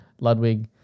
Ludwig